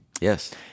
Yes